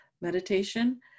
meditation